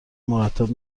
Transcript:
مرتب